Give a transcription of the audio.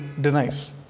denies